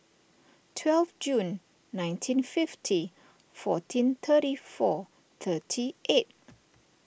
twelve June nineteen fifty fourteen thirty four thirty eight